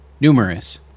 Numerous